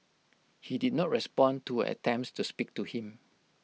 he did not respond to her attempts to speak to him